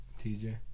TJ